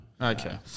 Okay